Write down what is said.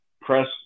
press